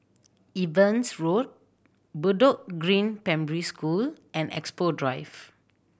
Evans Road Bedok Green Primary School and Expo Drive